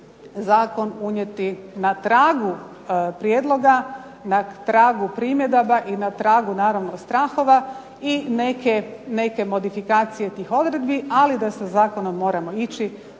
zakon unijeti na tragu prijedloga, na tragu primjedaba i na tragu strahova i neke modifikacije tih odredbi ali da sa zakonom moramo ići